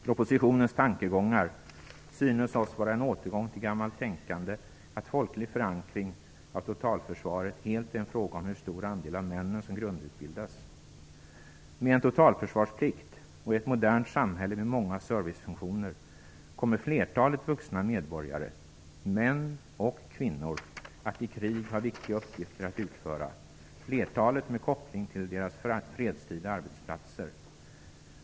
Tankegångarna i propositionen synes oss vara en återgång till gammalt tänkande att folklig förankring av totalförsvaret helt är en fråga om hur stor andel av männen som grundutbildas. Med en totalförsvarsplikt och i ett modernt samhälle med många servicefunktioner kommer flertalet vuxna medborgare - män och kvinnor - att i krig ha viktiga uppgifter att utföra, flertalet med koppling till deras fredstida arbetsplatser.